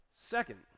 Second